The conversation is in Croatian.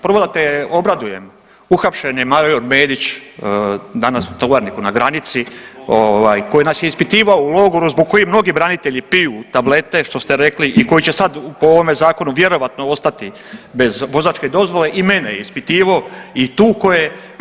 Prvo da te obradujem uhapšen je major Medić danas u Tovarniku na granici koji nas je ispitivao u logoru zbog kojih mnogi branitelji piju tablete što ste rekli i koji će sad po ovome zakonu vjerojatno ostati bez vozačke dozvole i mene je ispitivao i tuko je.